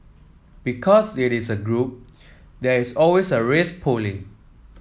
because it is a group there is always a risk pooling